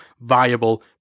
viable